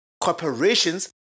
corporations